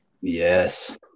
Yes